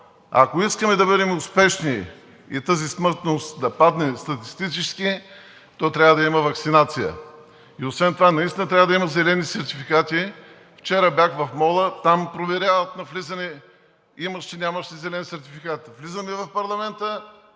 Ако искаме да бъдем успешни и тази смъртност да падне статистически, то трябва да има ваксинация. Освен това наистина трябва да има зелени сертификати. Вчера бях в мола и там проверяват на влизане имаш ли, нямаш ли зелен сертификат. Влизаме в парламента